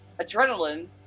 Adrenaline